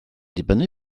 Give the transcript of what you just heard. dibynnu